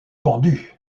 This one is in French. pendu